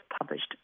published